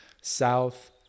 south